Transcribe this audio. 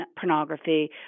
pornography